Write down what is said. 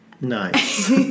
nice